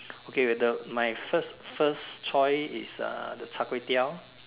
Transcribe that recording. okay the my first first choice is uh the Char-Kway-Teow